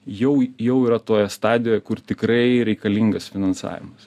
jau jau yra toje stadijoje kur tikrai reikalingas finansavimas